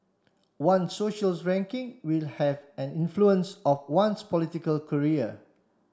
one ranking will have an influence of one's political career